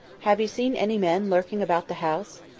have you seen any men lurking about the house?